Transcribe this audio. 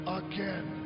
again